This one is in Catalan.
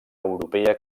europea